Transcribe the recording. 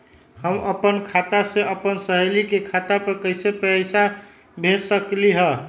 हम अपना खाता से अपन सहेली के खाता पर कइसे पैसा भेज सकली ह?